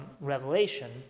Revelation